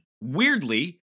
Weirdly